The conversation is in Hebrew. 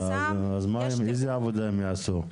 אז מה, איזה עבודה הם יעשו?